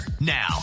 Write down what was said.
Now